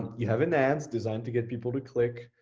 you have an ad designed to get people to click.